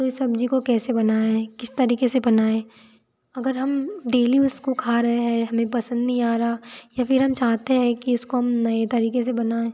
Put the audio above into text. तो ये सब्ज़ी को कैसे बनाएँ किस तरीक़े से बनाएँ अगर हम डेली उसको खा रहे हैं हमें पसंद नहीं आ रहा या फिर हम चाहते हैं कि इसको हम नए तरीक़े से बनाएँ